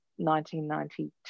1992